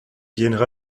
viennent